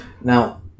Now